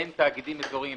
בין תאגידים אזוריים,